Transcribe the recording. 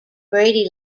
brady